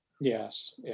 Yes